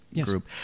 group